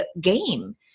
game